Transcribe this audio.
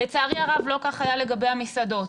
לצערי הרב לא כך היה לגבי המסעדות.